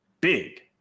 big